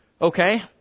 Okay